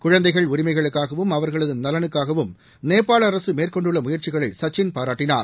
குழந்தைகள் உரிமைகளுக்காகவும் அவர்கள்து நலனுக்காகவும் நேபாள அரசு மேற்கொண்டுள்ள முயற்சிகளை சச்சின் பாராட்டினார்